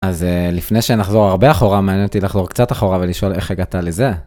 אז לפני שנחזור הרבה אחורה מעניין אותי לחזור קצת אחורה ולשאול איך הגעת לזה.